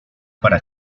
para